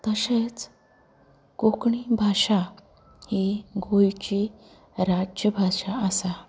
तशेंच कोंकणी भाशा ही गोंयची राज्य भाशा आसा